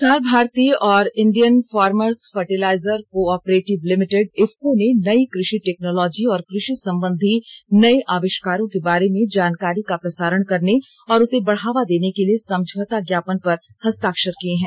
प्रसार भारती और Indian Farmers Fertiliser Cooperative Limited IFFCO ने नई कृषि टेक्नोलॉजी और कृ षि संबंधी नये अविष्कारों के बारे में जानकारी का प्रसारण करने और उसे बढावा देने के लिए समझौता ज्ञापन पर हस्ताक्षर किए हैं